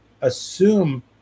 assume